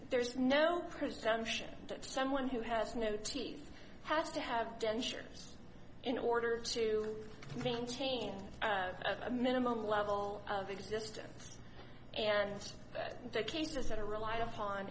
there's no presumption that someone who has no teeth has to have dentures in order to maintain a minimum level of existence and that the cases that are relied upon